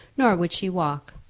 nor would she walk.